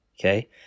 okay